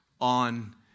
on